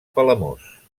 palamós